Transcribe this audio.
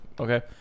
Okay